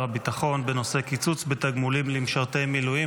הביטחון בנושא: קיצוץ בתגמולים למשרתי מילואים.